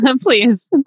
Please